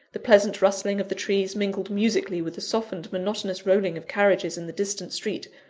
the pleasant rustling of the trees mingled musically with the softened, monotonous rolling of carriages in the distant street,